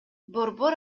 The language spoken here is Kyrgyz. борбор